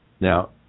Now